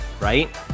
right